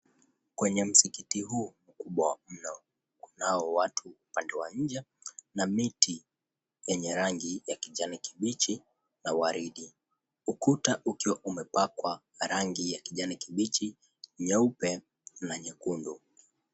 Kwenye msikiti huu kubwa mnao watu upande wa inje na mti yenye rangi ya kijani kibichi, na waridi, ukuta ukiwa umepakwa rangi ya kijani kibichi, nyeupe na nyekundu.